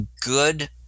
good